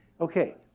Okay